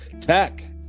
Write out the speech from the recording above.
tech